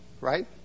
right